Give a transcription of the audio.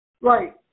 Right